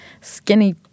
skinny